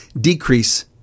decrease